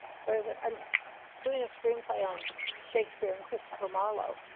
so i was like, i'm doing a screenplay on shakespeare and christopher marlowe,